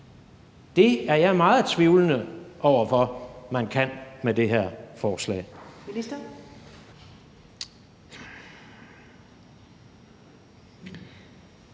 Det er jeg meget tvivlende over for at man kan med det her forslag.